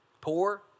poor